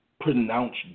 pronounced